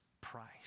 price